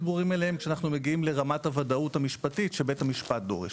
ברורים מאליהם כשאנחנו מגיעים לרמת הוודאות המשפטית שבית המשפט דורש.